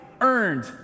earned